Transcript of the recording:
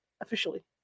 officially